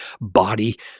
body